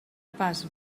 pas